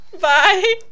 Bye